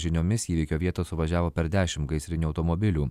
žiniomis įvykio vietą suvažiavo per dešimt gaisrinių automobilių